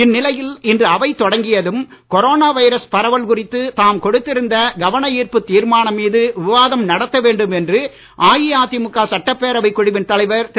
இந்நிலையில் இன்று அவை தொடங்கியதும் கொரோனா வைரஸ் பரவல் குறித்து தாம் கொடுத்திருந்த கவன ஈர்ப்பு தீர்மானம் மீது விவாதம் நடத்த வேண்டும் என்று அஇஅதிமுக சட்டப்பேரவைக் குழுவின் தலைவர் திரு